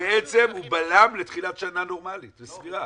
בעצם הוא בלם לתחילת שנה נורמלית וסבירה,